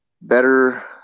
better